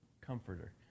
comforter